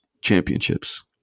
championships